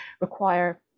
require